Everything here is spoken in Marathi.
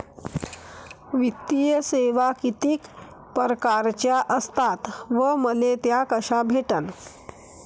वित्तीय सेवा कितीक परकारच्या असतात व मले त्या कशा भेटन?